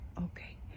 Okay